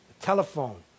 Telephone